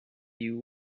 you